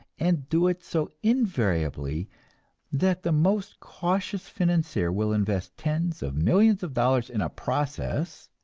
and do it so invariably that the most cautious financier will invest tens of millions of dollars in a process,